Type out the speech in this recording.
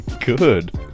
Good